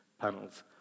panels